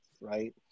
right